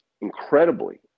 incredibly